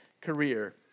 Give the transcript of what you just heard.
career